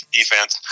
defense